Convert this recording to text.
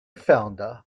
founder